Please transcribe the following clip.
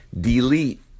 delete